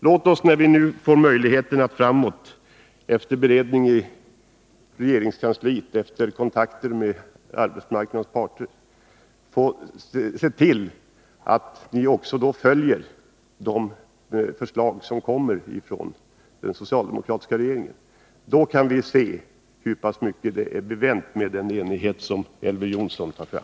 Låt oss, när det nu ges möjligheter, efter beredning i regeringskansliet och efter kontakter med arbetsmarknadens parter, se till att vi också följer de förslag som den socialdemokratiska regeringen lägger fram. Vi får då se hur pass mycket det är bevänt med den enighet som Elver Jonsson talade om.